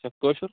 اچھا کٲشُر